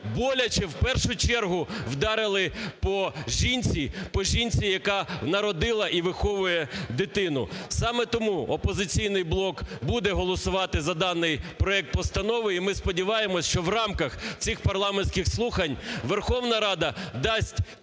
боляче, в першу чергу, вдарили по жінці, по жінці, яка народила і виховує дитину. Саме тому "Опозиційний блок" буде голосувати за даний проект постанови і ми сподіваємося, що, в рамках цих парламентських слухань, Верховна Рада дасть чесну